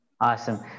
Awesome